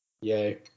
Yay